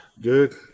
Good